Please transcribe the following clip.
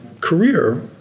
career